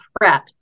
threat